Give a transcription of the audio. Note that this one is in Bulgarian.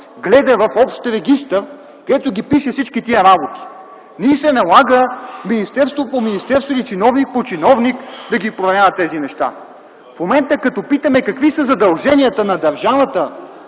гледа в общ регистър, където ги пише всички тия работи. Не й се налага министерство по министерство и чиновник по чиновник да ги проверява тези неща. В момента като питаме какви са задълженията на държавата